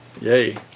Yay